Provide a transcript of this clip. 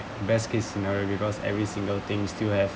best case scenario because every single thing still have